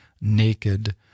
naked